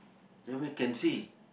then we can see